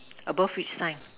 above which sign